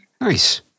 Nice